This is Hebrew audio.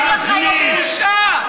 בושה.